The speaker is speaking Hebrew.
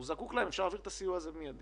הוא זקוק להם, אפשר להעביר את הסיוע הזה במיידי.